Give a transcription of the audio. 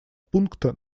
пункта